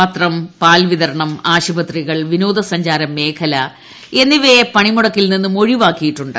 പത്രം പാൽ വിതരണം ആശുപത്രികൾ വിനോദസഞ്ചാര മേഖല എന്നിവയെ പണിമുടക്കിൽ നിന്നും ഒഴിവാക്കിയിട്ടുണ്ട്